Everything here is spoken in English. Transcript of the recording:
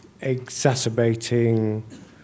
exacerbating